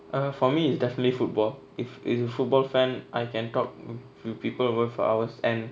uh for me it's definitely football if it's a football fan I can talk with people for hours and